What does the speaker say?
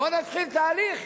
בואו נתחיל תהליך,